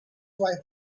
wifi